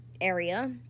area